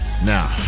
Now